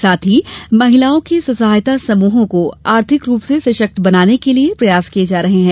साथ ही महिलाओं के स्व सहायता समूहों को आर्थिक रूप से सश्क्त बनाने के लिये प्रयास किये जा रहे है